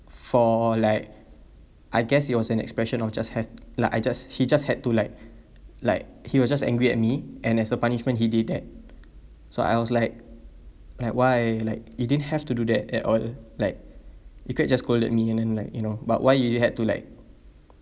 for like I guess it was an expression of just has like I just he just had to like like he was just angry at me and as a punishment he did that so I was like like why like he didn't have to do that at all like he could just scolded me and then like you know but why he had to like